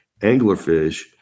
anglerfish